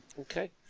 Okay